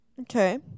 Okay